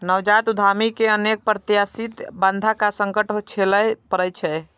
नवजात उद्यमी कें अनेक अप्रत्याशित बाधा आ संकट झेलय पड़ै छै